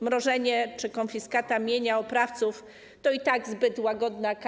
Mrożenie czy konfiskata mienia oprawców to i tak zbyt łagodna kara.